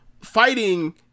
fighting